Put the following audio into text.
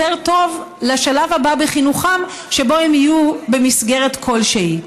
יותר טוב לשלב הבא בחינוכם שבו הם יהיו במסגרת כלשהי.